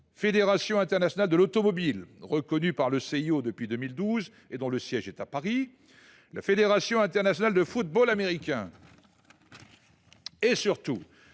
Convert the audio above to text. Fédération internationale de l’automobile, qui est reconnue par le CIO depuis 2012 et dont le siège est à Paris, Fédération internationale de football américain et, surtout,